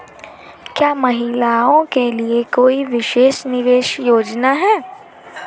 क्या महिलाओं के लिए कोई विशेष निवेश योजना है?